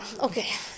Okay